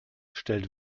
stellt